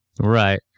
Right